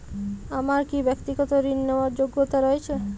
আমার কী ব্যাক্তিগত ঋণ নেওয়ার যোগ্যতা রয়েছে?